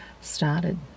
started